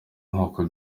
nk’uko